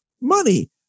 money